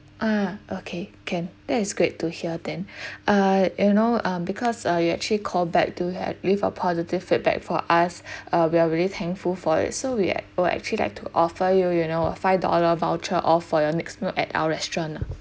ah okay can that is great to hear then uh you know uh because uh you actually call back to had leave a positive feedback for us uh we are really thankful for it so we we'll actually like to offer you you know a five dollar voucher off for your next meal at our restaurant ah